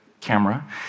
camera